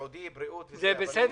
ביטוח